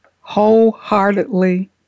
wholeheartedly